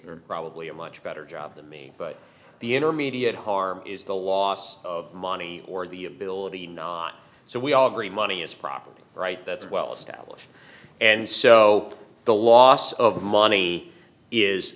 are probably a much better job than me but the intermediate harm is the loss of money or the ability not so we all agree money is property right that's well established and so the loss of money is